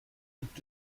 gibt